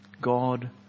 God